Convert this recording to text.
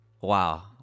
Wow